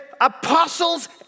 apostles